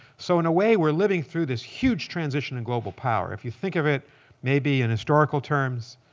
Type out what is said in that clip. so in a way, we're living through this huge transition in global power. if you think of it maybe in historical terms,